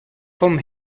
vom